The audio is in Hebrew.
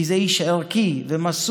כי זה איש ערכי ומסור.